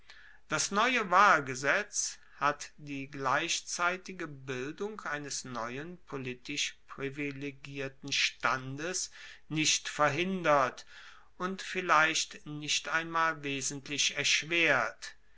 das neue wahlgesetz hat die gleichzeitige bildung eines neuen politisch privilegierten standes nicht verhindert und vielleicht nicht einmal wesentlich erschwert